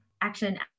action